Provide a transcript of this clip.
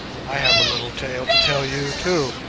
i have a little tale to tell you too